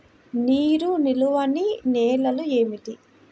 నీరు నిలువని నేలలు ఏమిటి?